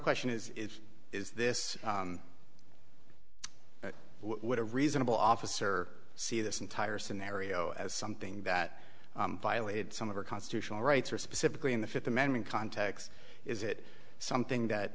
question is is this what a reasonable officer see this entire scenario as something that violated some of our constitutional rights or specifically in the fifth amendment context is it something that